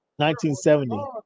1970